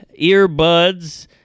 earbuds